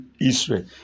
Israel